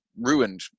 ruined